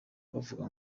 bavuga